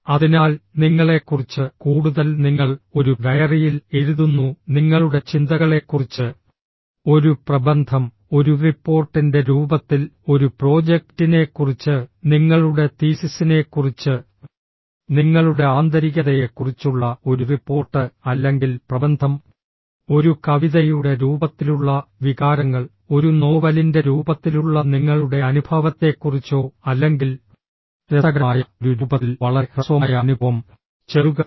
അതിനാൽ നിങ്ങളെക്കുറിച്ച് കൂടുതൽ നിങ്ങൾ ഒരു ഡയറിയിൽ എഴുതുന്നു നിങ്ങളുടെ ചിന്തകളെക്കുറിച്ച് ഒരു പ്രബന്ധം ഒരു റിപ്പോർട്ടിന്റെ രൂപത്തിൽ ഒരു പ്രോജക്റ്റിനെക്കുറിച്ച് നിങ്ങളുടെ തീസിസിനെക്കുറിച്ച് നിങ്ങളുടെ ആന്തരികതയെക്കുറിച്ചുള്ള ഒരു റിപ്പോർട്ട് അല്ലെങ്കിൽ പ്രബന്ധം ഒരു കവിതയുടെ രൂപത്തിലുള്ള വികാരങ്ങൾ ഒരു നോവലിന്റെ രൂപത്തിലുള്ള നിങ്ങളുടെ അനുഭവത്തെക്കുറിച്ചോ അല്ലെങ്കിൽ രസകരമായ ഒരു രൂപത്തിൽ വളരെ ഹ്രസ്വമായ അനുഭവം ചെറുകഥ